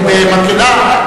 כי במקהלה?